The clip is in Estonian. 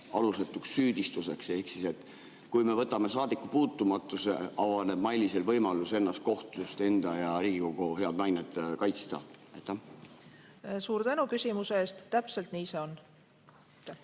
alusetuks süüdistamiseks? Ehk kui me võtame saadikupuutumatuse, avaneb Mailisel võimalus kohtus enda ja Riigikogu head mainet kaitsta. Suur tänu küsimuse eest! Täpselt nii see on.